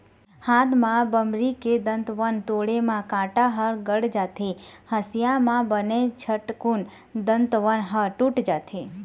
हाथ म बमरी के दतवन तोड़े म कांटा ह गड़ जाथे, हँसिया म बने झटकून दतवन ह टूट जाथे